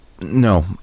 no